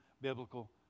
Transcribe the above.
biblical